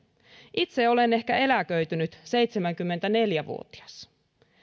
itse olen ehkä eläköitynyt seitsemänkymmentäneljä vuotias